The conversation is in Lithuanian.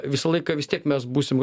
visą laiką vis tiek mes būsim